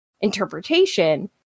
interpretation